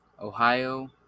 Ohio